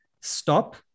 Stop